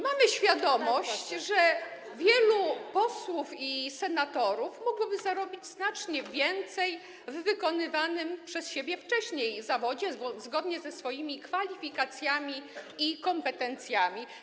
Mamy świadomość, że wielu posłów i senatorów mogłoby zarobić znacznie więcej w wykonywanym przez siebie wcześniej zawodzie, zgodnym z kwalifikacjami i kompetencjami.